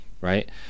right